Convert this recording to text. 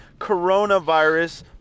coronavirus